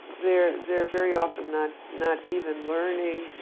they're they're very often not not even learning,